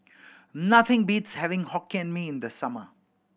nothing beats having Hokkien Mee in the summer